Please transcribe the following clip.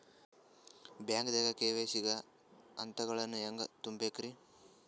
ಬ್ಯಾಂಕ್ದಾಗ ಕೆ.ವೈ.ಸಿ ಗ ಹಂತಗಳನ್ನ ಹೆಂಗ್ ತುಂಬೇಕ್ರಿ?